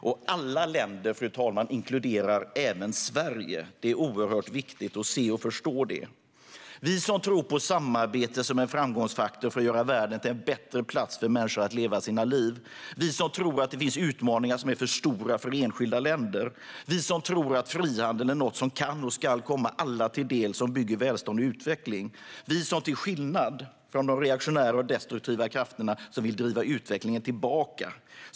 Och "alla länder", fru talman, inkluderar även Sverige. Det är viktigt att förstå det. Vi tror på samarbete som en framgångsfaktor för att göra världen till en bättre plats för människor att leva sina liv. Vi tror att det finns utmaningar som är för stora för enskilda länder. Vi tror att frihandel är något som kan och ska komma alla till del och bygger välstånd och utveckling. Vi tror på detta, till skillnad från de reaktionära och destruktiva krafter som vill driva utvecklingen tillbaka.